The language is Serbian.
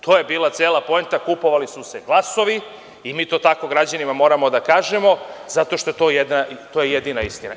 To je bila cela poenta, kupovali su se glasovi i mi to tako građanima moramo da kažemo, zato što je to jedina istina.